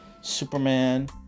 Superman